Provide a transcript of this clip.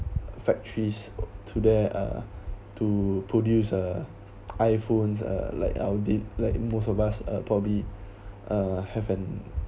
factories to there uh to produce uh iphones uh like I did like most of us are probably a have an